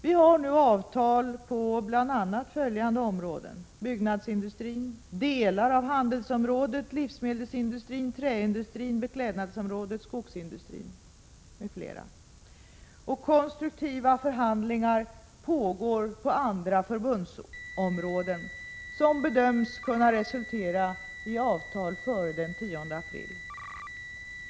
Vi har nu avtal på bl.a. följande områden: byggnadsindustrin, delar av handelsområdet, livsmedelsindustrin, träindustrin, beklädnadsområdet, skogsindustrin. 31 Konstruktiva förhandlingar pågår på andra förbundsområden som bör kunna resultera i avtal före den 10 april.